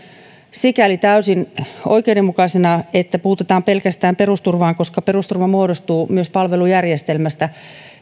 täysin oikeudenmukaisena sitä että puututaan pelkästään perusturvaan koska perusturva muodostuu myös palvelujärjestelmästä